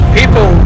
people